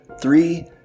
three